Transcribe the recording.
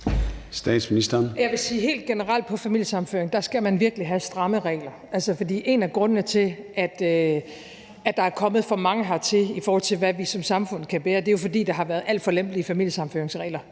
helt generelt for familiesammenføringsområdet, at der skal man virkelig have stramme regler, for en af grundene til, at der er kommet for mange hertil, i forhold til hvad vi som samfund kan bære, er jo, at der har været alt for lempelige familiesammenføringsregler